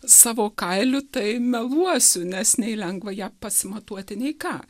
savo kailiu tai meluosiu nes nei lengva ją pasimatuoti nei ką